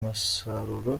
musaruro